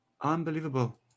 Unbelievable